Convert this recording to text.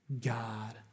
God